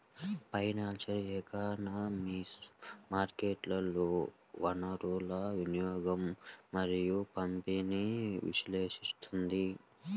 financial economics మార్కెట్లలో వనరుల వినియోగం మరియు పంపిణీని విశ్లేషిస్తుంది